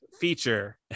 feature